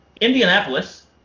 Indianapolis